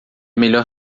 melhor